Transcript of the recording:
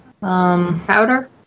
Powder